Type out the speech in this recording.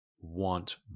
want